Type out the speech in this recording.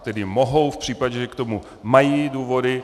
Tedy mohou v případě, že k tomu mají důvody.